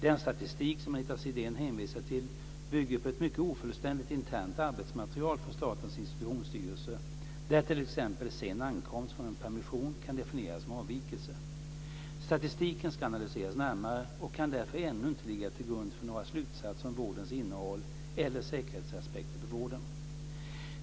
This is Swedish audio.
Den statistik som Anita Sidén hänvisar till bygger på ett mycket ofullständigt internt arbetsmaterial från Statens institutionsstyrelse, där t.ex. sen ankomst från en permission kan definieras som avvikelse. Statistiken ska analyseras närmare och kan därför ännu inte ligga till grund för några slutsatser om vårdens innehåll eller säkerhetsaspekter på vården.